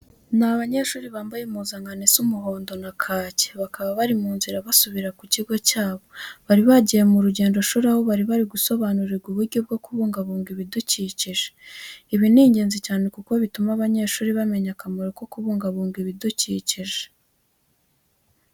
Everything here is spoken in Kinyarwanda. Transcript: Ni abanyeshuri bambaye impuzankano isa umuhondo na kake, bakaba bari mu nzira basubira ku kigo cyabo. Bari bagiye mu rugendoshuri aho bari bari gusobanurirwa uburyo bwo kubungabunga ibidukikije. Ibi ni ingenzi cyane kuko bituma abanyeshuri bamenya akamaro ko kubungabunga ibidukikije.